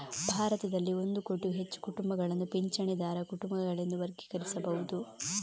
ಭಾರತದಲ್ಲಿ ಒಂದು ಕೋಟಿಗೂ ಹೆಚ್ಚು ಕುಟುಂಬಗಳನ್ನು ಪಿಂಚಣಿದಾರ ಕುಟುಂಬಗಳೆಂದು ವರ್ಗೀಕರಿಸಬಹುದು